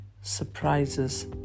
surprises